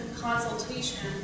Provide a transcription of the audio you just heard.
consultation